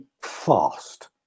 fast